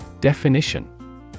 Definition